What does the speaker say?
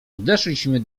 podeszliśmy